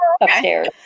upstairs